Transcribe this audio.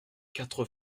quatre